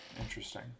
Interesting